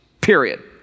period